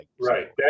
Right